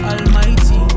Almighty